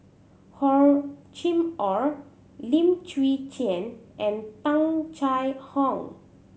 Hor Chim Or Lim Chwee Chian and Tung Chye Hong